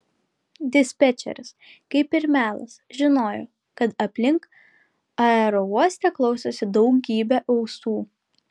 dispečeris kaip ir melas žinojo kad aplinkui aerouoste klausosi daugybė ausų